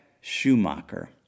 Schumacher